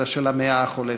אלא של המאה החולפת.